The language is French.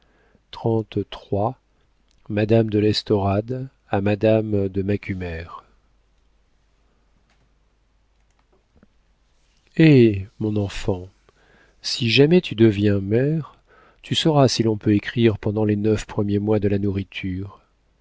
madame de l'estorade a madame de macumer eh mon enfant si jamais tu deviens mère tu sauras si l'on peut écrire pendant les deux premiers mois de la nourriture